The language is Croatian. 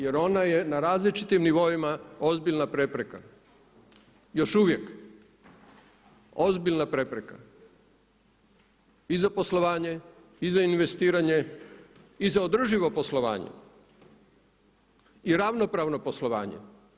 Jer ona je na različitim nivoima ozbiljna prepreka, još uvijek, ozbiljna prepreka i za poslovanje i za investiranje i za održivo poslovanje i ravnopravno poslovanje.